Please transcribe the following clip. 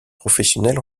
professionnelle